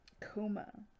Coma